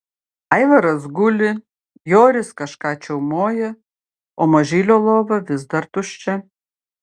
aivaras guli joris kažką čiaumoja o mažylio lova vis dar tuščia